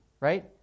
right